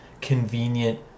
convenient